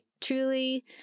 Truly